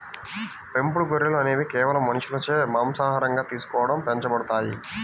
పెంపుడు గొర్రెలు అనేవి కేవలం మనుషులచే మాంసాహారంగా తీసుకోవడం పెంచబడతాయి